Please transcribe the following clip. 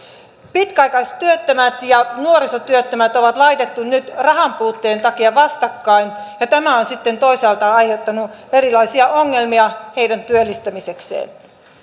pitkäaikaistyöttömät ja nuorisotyöttömät on laitettu nyt rahanpuutteen takia vastakkain ja tämä on sitten toisaalta aiheuttanut erilaisia ongelmia heidän työllistämisekseen